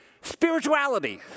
spirituality